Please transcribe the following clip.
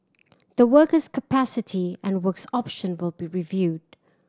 the worker's capacity and works option will be reviewed